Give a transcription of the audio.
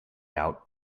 out